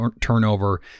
turnover